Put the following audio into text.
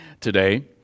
today